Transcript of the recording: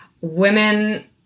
Women